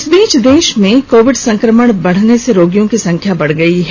इस बीच देश में कोविड संक्रमण बढने से रोगियों की संख्या बढ गई है